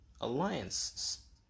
alliances